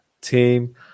team